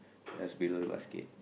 just below the basket